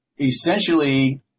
essentially